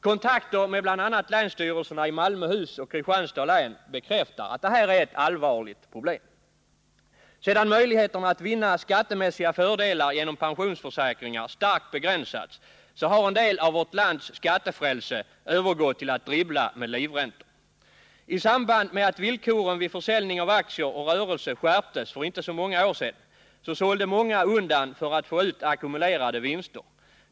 Kontakter med bl.a. länsstyrelserna i Malmöhus och Kristianstads län bekräftar att detta är ett allvarligt problem. Sedan möjligheterna att vinna skattemässiga fördelar genom pensionsförsäkringar starkt begränsats har en del av vårt lands skattefrälse övergått till att dribbla med livräntor. I samband med att villkoren vid försäljning av aktier och rörelse skärptes för inte så många år sedan sålde många undan för att få ut ackumulerade vinster.